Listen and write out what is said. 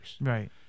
Right